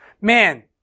man